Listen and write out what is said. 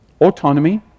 Autonomy